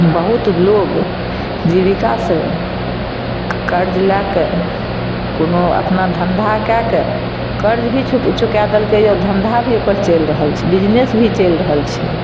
बहुत लोग जीबिका से कर्ज लैके कोनो अपना धंधा कैके कर्ज भी चुकाए देलकै हँ धंधा भी ओकर चलि रहल छै बिजनेस भी चलि रहल छै